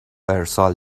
ارسال